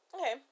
Okay